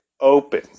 open